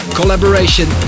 collaboration